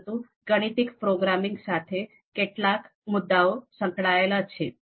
પરંતુ ગાણિતિક પ્રોગ્રામિંગ સાથે કેટલાક મુદ્દાઓ સંકળાયેલા છે